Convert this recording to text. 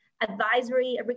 advisory